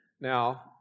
Now